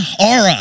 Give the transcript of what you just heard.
aura